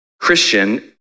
Christian